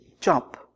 jump